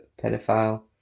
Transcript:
pedophile